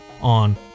on